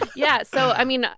yeah. so i mean,